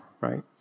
right